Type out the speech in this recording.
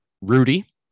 Rudy